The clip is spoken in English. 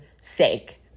sake